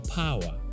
power